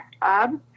Bob